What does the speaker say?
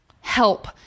help